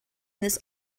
this